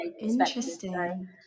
Interesting